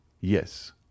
Yes